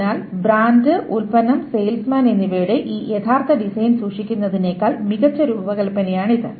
അതിനാൽ ബ്രാൻഡ് ഉൽപ്പന്നം സെയിൽസ്മാൻ എന്നിവയുടെ ഈ യഥാർത്ഥ ഡിസൈൻ സൂക്ഷിക്കുന്നതിനേക്കാൾ മികച്ച രൂപകൽപ്പനയാണിത്